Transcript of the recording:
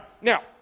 Now